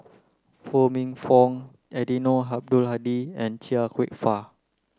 Ho Minfong Eddino Abdul Hadi and Chia Kwek Fah